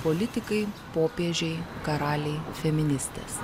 politikai popiežiai karaliai feministės